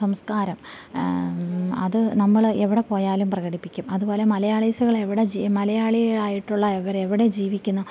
സംസ്കാരം അതു നമ്മൾ എവിടെ പോയാലും പ്രകടിപ്പിക്കും അതുപോലെ മലയാളീസുകൾ എവിടെ മലയാളികളായിട്ടുള്ള അവർ എവിടെ ജീവിക്കുന്നോ